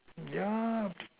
ya